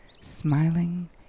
smiling